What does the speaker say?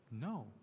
No